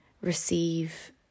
receive